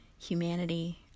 humanity